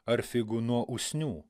ar figų nuo usnių